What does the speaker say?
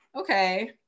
okay